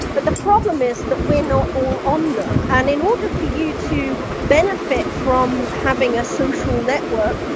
but the problem is that we're not all on them, and in order for you to benefit from having a social network,